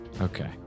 Okay